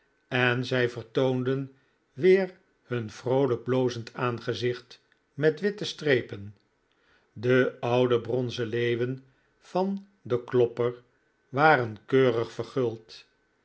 en zij vertoonden weer hun vroolijk blozend aangezicht met witte strepen de oude bronzen leeuwen van den klopper waren keurig verguld